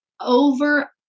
over